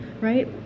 right